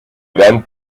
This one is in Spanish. gran